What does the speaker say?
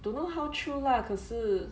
don't know how true lah 可是